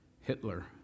Hitler